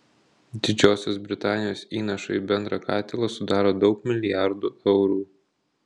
didžiosios britanijos įnašai į bendrą katilą sudaro daug milijardų eurų